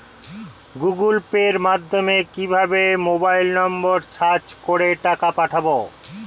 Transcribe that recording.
Google পের মাধ্যমে কিভাবে মোবাইল নাম্বার সার্চ করে টাকা পাঠাবো?